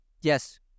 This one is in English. Yes